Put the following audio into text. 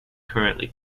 currently